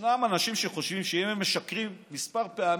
ישנם אנשים שחושבים שאם הם משקרים כמה פעמים,